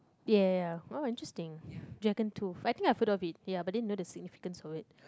ya ya ya oh interesting dragon tooth I think I put a bit ya but then know the significant of it